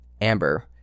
Amber